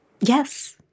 Yes